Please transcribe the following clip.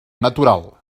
natural